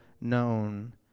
known